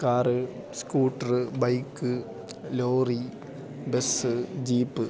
car scooter bike lorry bus jeep